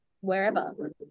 wherever